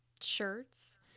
shirts